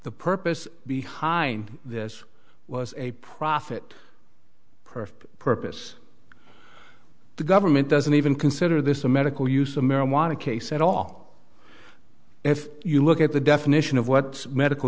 the purpose behind this was a profit per purpose the government doesn't even consider this a medical use of marijuana case at all if you look at the definition of what medical